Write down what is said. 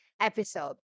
episode